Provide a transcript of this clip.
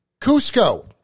Cusco